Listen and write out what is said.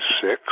six